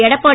Edappadi